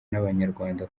n’abanyarwanda